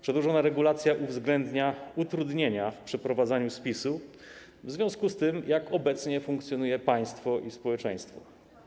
Przedłożona regulacja uwzględnia utrudnienia w przeprowadzaniu spisu w związku z tym, jak obecnie funkcjonuje państwo i społeczeństwo.